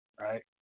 right